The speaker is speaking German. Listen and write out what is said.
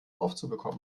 aufzubekommen